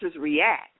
react